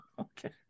Okay